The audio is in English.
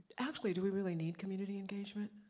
actually, do we really need community engagement?